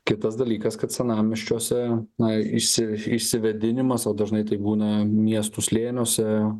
kitas dalykas kad senamiesčiuose na išsi išsivėdinimas o dažnai tai būna miestų slėniuose